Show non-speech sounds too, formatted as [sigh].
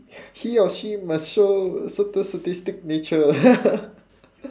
he or she must show certain sadistic nature [laughs]